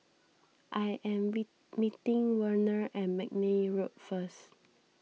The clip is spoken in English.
I am meeting Werner at McNair Road first